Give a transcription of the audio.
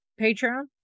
Patreon